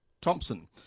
Thompson